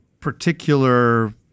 particular